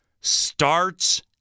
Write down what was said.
starts